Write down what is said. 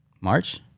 March